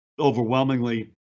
overwhelmingly